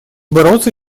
бороться